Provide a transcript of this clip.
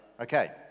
Okay